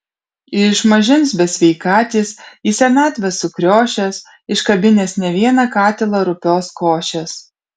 iš mažens besveikatis į senatvę sukriošęs iškabinęs ne vieną katilą rupios košės